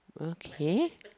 okay